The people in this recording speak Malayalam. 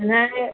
എന്നാല്